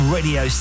Radio